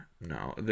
no